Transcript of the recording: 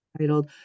titled